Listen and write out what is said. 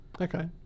Okay